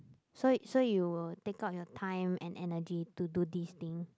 so so you'll take out your time and energy to do this thing